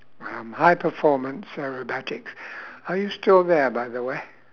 um high performance aerobatics are you still there by the way